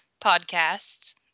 podcast